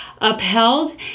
upheld